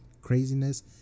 craziness